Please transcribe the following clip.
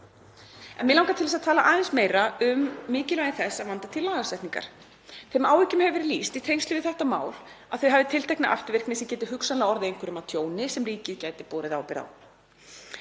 Mig langar til að tala aðeins meira um mikilvægi þess að vanda til lagasetningar. Þeim áhyggjum hefur verið lýst í tengslum við þetta mál að það hafi tiltekna afturvirkni sem geti hugsanlega orðið einhverjum að tjóni sem ríkið gæti borið ábyrgð á.